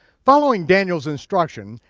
following daniel's instruction,